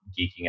geeking